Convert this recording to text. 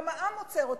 גם העם עוצר אותי,